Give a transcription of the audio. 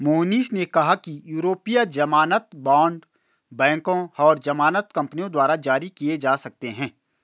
मोहनीश ने कहा कि यूरोपीय ज़मानत बॉण्ड बैंकों और ज़मानत कंपनियों द्वारा जारी किए जा सकते हैं